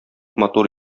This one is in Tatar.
матур